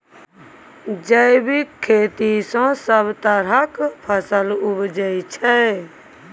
जैबिक खेती सँ सब तरहक फसल उपजै छै